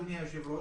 אדוני היושב-ראש.